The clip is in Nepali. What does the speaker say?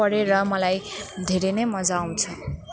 पढेर मलाई धेरै नै मज्जा आउँछ